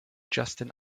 justin